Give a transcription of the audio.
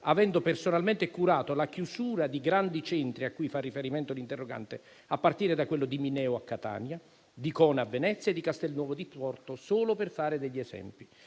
avendo personalmente curato la chiusura di grandi centri a cui fa riferimento l'interrogante, a partire da quello di Mineo a Catania, di Cona a Venezia e di Castelnuovo di Porto, solo per fare degli esempi.